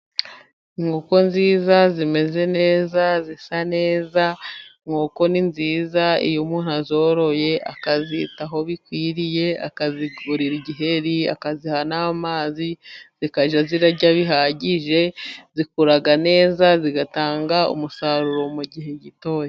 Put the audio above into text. Inkoko nziza zimeze neza， zisa neza， inkoko ni nziza iyo umuntu azoroye akazitaho bikwiriye， akazigurira igiheri，akaziha n’amazi，zikajya zirarya bihagije，zikura neza zigatanga umusaruro mu gihe gitoya.